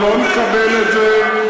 אנחנו לא נקבל את זה.